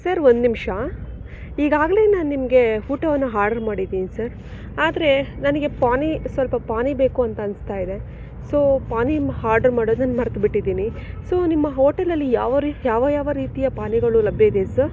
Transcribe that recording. sir ಒಂದ್ನಿಮಿಷ ಈಗಾಗಲೇ ನಾನು ನಿಮಗೆ ಊಟವನ್ನು ಆರ್ಡರ್ ಮಾಡಿದ್ದೀನಿ ಸರ್ ಆದರೆ ನನಗೆ ಪೊನಿ ಸ್ವಲ್ಪ ಪೊನಿ ಬೇಕು ಅಂತ ಅನಿಸ್ತಾ ಇದೆ ಸೊ ಪೊನಿ ಆರ್ಡರ್ ಮಾಡೋದನ್ನು ಮರ್ತ್ಬಿಟ್ಟಿದ್ದೀನಿ ಸೊ ನಿಮ್ಮ ಹೋಟೆಲಲ್ಲಿ ಯಾವ ರೀ ಯಾವ ಯಾವ ರೀತಿಯ ಪಾನಿಗಳು ಲಭ್ಯವಿದೆ ಸರ್